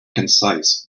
concise